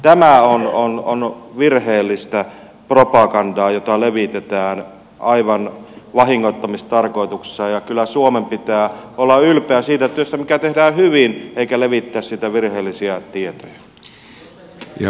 tämä on virheellistä propagandaa jota levitetään aivan vahingoittamistarkoituksessa ja kyllä suomen pitää olla ylpeä siitä työstä mikä tehdään hyvin eikä levittää siitä virheellisiä tietoja